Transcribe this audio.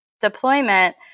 deployment